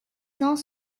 cent